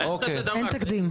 אין תקדים.